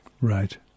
Right